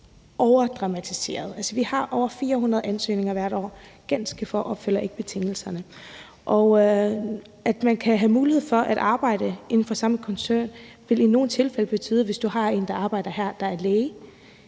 overdramatiserer. Altså, vi har over 400 ansøgninger hvert år, og ganske få opfylder ikke betingelserne. At man kan have mulighed for at arbejde inden for samme koncern, vil nogle tilfælde betyde en del. Hvis du f.eks. har en, der arbejder her, der er læge,